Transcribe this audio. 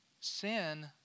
sin